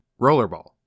rollerball